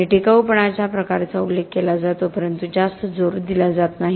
आणि टिकाऊपणाच्या प्रकाराचा उल्लेख केला जातो परंतु जास्त जोर दिला जात नाही